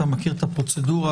אתה מכיר את הפרוצדורה,